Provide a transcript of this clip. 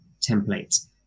templates